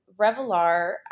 Revelar